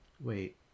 wait